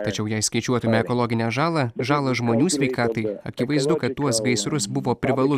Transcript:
tačiau jei skaičiuotume ekologinę žalą žalą žmonių sveikatai akivaizdu kad tuos gaisrus buvo privalu